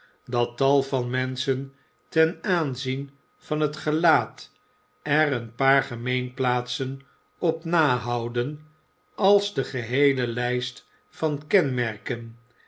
dat tal van menschen ten aanzien van het gelaat er een paar gemeenplaatsen op na houden als de geheele ijjst van kenmerken